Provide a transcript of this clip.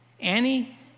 Annie